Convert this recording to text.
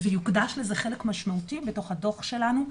ויוקדש לזה חלק משמעותי בתוך הדו"ח שלנו.